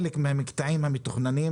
לפני שהשרה התמנתה להיות שרה במדינת ישראל,